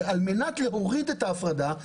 על מנת להוריד את ההפרדה,